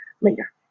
later